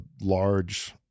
large